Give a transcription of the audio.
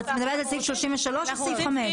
את מדברת על סעיף 33 או על סעיף (5)?